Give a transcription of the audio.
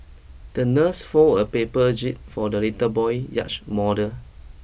the nurse folded a paper jib for the little boy yacht model